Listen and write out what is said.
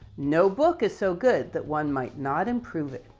no book is so good that one might not improve it.